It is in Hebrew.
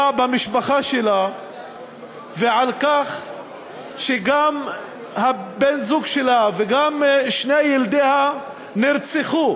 במשפחה שלה ועל כך שגם בן-הזוג שלה וגם שני ילדיה נרצחו